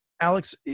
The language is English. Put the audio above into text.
Alex